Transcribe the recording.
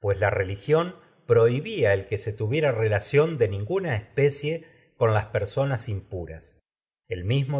divinos la religión de prohibía el se tuviera rela ninguna especie con las personas impu